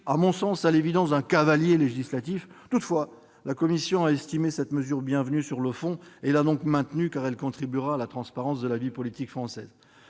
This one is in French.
Il s'agit à l'évidence d'un cavalier législatif. Toutefois, la commission a estimé cette mesure bienvenue sur le fond et l'a donc maintenue, car elle contribuera à la transparence de la vie politique française.